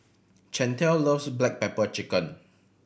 Chantel loves black pepper chicken